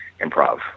improv